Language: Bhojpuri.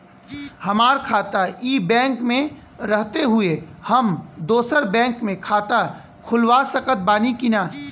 हमार खाता ई बैंक मे रहते हुये हम दोसर बैंक मे खाता खुलवा सकत बानी की ना?